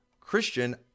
christian